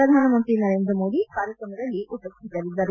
ಪ್ರಧಾನಮಂತ್ರಿ ನರೇಂದ್ರ ಮೋದಿ ಕಾರ್ಯಕ್ರಮದಲ್ಲಿ ಉಪಸ್ಥಿತರಿದ್ದರು